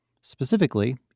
Specifically